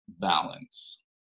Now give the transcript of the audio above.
balance